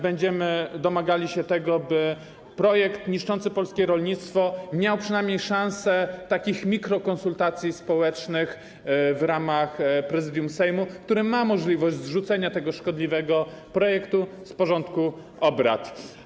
Będziemy domagali się tego, by projekt niszczący polskie rolnictwo miał przynajmniej szansę takich mikrokonsultacji społecznych w ramach Prezydium Sejmu, które ma możliwość zrzucenia tego szkodliwego projektu z porządku obrad.